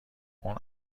اون